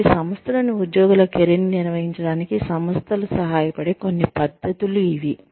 కాబట్టి సంస్థలలోని ఉద్యోగుల కెరీర్ని నిర్వహించడానికి సంస్థలు సహాయపడే కొన్ని పద్ధతులు ఇవి